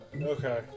Okay